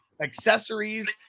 accessories